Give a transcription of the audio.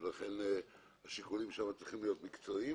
לכן השיקולים שלנו צריכים להיות מקצועיים